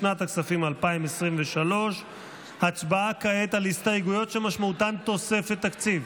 לשנת הכספים 2023. הצבעה כעת על הסתייגויות שמשמעותן תוספת תקציב.